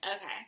Okay